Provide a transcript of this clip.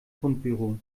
fundbüro